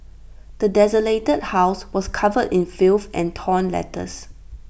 the desolated house was covered in filth and torn letters